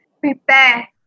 prepare